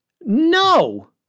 No